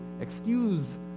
excuse